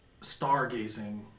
stargazing